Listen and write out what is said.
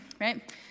right